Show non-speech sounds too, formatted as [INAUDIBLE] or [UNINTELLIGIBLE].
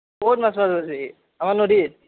ক'ত মাছ [UNINTELLIGIBLE] আমাৰ নদীত